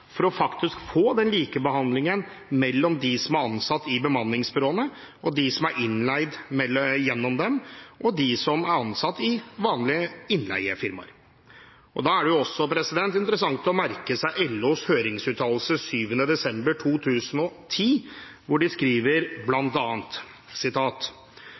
å få likebehandling når det gjelder dem som er ansatt i bemanningsbyråene, dem som er innleid gjennom dem, og dem som er ansatt i vanlige innleiefirmaer. Da er det også interessant å merke seg LOs høringsuttalelse 14. desember 2010, hvor de bl.a. skriver: